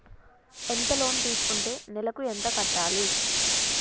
ఎంత లోన్ తీసుకుంటే నెలకు ఎంత కట్టాలి?